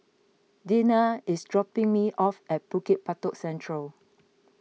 Deana is dropping me off at Bukit Batok Central